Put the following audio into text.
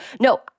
No